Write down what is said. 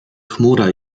chmura